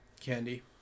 Candy